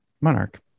Monarch